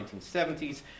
1970s